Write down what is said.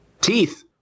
Teeth